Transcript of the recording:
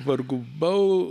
vargu bau